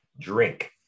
drink